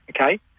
Okay